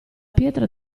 pietra